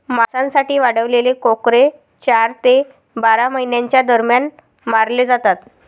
मांसासाठी वाढवलेले कोकरे चार ते बारा महिन्यांच्या दरम्यान मारले जातात